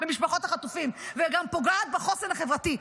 במשפחות החטופים וגם פוגעת בחוסן החברתי.